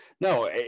no